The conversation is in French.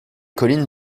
collines